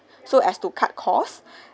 so as to cut costs